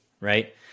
right